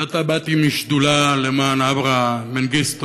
זה עתה באתי משדולה למען אברה מנגיסטו